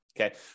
okay